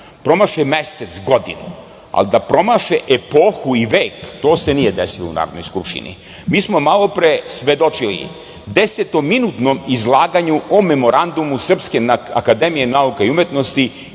promaše mesec, godinu, ali da promaše epohu i vek, to se nije desilo u Narodnoj skupštini. Mi smo malopre svedočili desetominutnom izlaganju o memorandumu SANU iz 1986. godine,